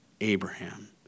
Abraham